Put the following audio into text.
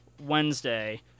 Wednesday